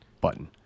button